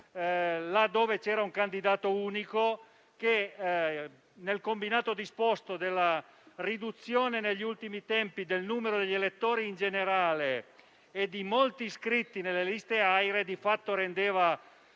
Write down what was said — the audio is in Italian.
laddove c'era un candidato unico, cosa che, nel combinato disposto della riduzione negli ultimi tempi del numero degli elettori in generale e di molti iscritti nelle liste dell'AIRE, di fatto era